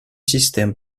système